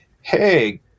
hey